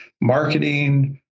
marketing